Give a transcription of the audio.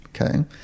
Okay